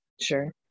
sure